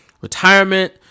retirement